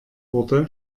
wurde